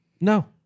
No